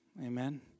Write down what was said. Amen